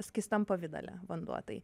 skystam pavidale vanduo tai